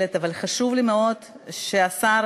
שמע,